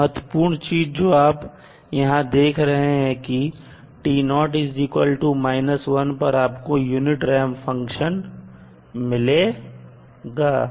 एक महत्वपूर्ण चीज जो आप यहां देख रहे हैं की 1 पर आपको यूनिट रैंप फंक्शन मिलेगा